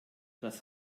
das